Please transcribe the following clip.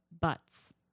butts